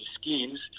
schemes